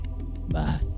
Bye